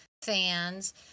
fans